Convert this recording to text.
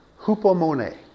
hupomone